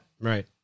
Right